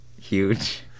huge